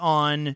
on